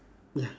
ya